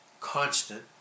constant